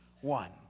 one